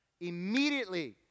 Immediately